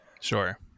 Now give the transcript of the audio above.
Sure